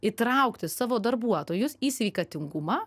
įtraukti savo darbuotojus į sveikatingumą